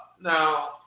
Now